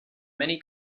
many